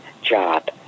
job